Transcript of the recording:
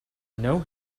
know